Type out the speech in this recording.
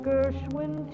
Gershwin